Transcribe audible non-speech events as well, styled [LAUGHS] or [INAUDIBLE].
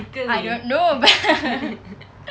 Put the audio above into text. I don't know [LAUGHS]